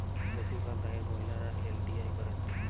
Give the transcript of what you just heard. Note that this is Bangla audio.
বেশিরভাগ গাঁয়ের মহিলারা এল.টি.আই করেন